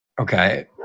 Okay